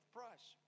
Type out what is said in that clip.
price